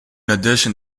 addition